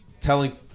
telling